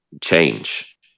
change